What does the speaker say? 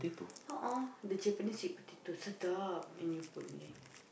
oh oh the Japanese sweet potato Sedap and you put in there